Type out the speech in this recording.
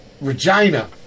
Regina